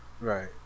Right